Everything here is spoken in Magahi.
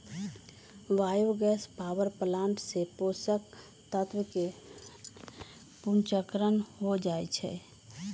बायो गैस पावर प्लांट से पोषक तत्वके पुनर्चक्रण हो जाइ छइ